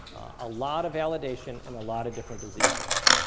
a lot of validation and a lot of different diseases.